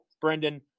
Brendan